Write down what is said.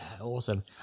awesome